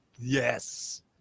Yes